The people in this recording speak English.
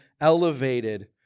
elevated